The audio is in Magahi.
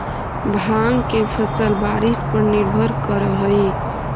भाँग के फसल बारिश पर निर्भर करऽ हइ